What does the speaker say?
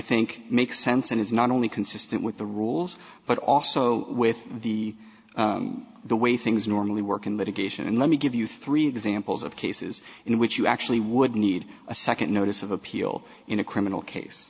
think makes sense and is not only consistent with the rules but also with the the way things normally work in litigation and let me give you three examples of cases in which you actually would need a second notice of appeal in a criminal case